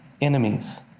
enemies